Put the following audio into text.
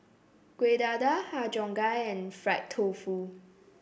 Kueh Dadar Har Cheong Gai and Fried Tofu